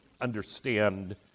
understand